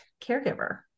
caregiver